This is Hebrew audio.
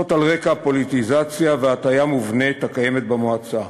על רקע פוליטיזציה והטיה מובנית הקיימת במועצה.